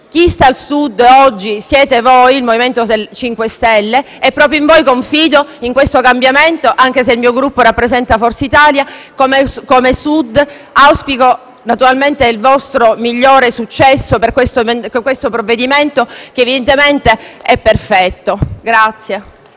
Chi sta al Sud, oggi, siete voi del MoVimento 5 Stelle e proprio in voi confido per un cambiamento. Anche se il mio Gruppo rappresenta Forza Italia, come esponente del Sud auspico naturalmente il vostro migliore successo per questo provvedimento, che evidentemente è perfetto.